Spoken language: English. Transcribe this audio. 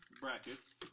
brackets